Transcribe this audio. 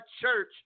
church